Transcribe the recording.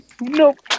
Nope